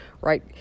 right